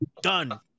done